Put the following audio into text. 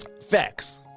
Facts